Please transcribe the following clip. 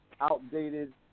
outdated